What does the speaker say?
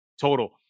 total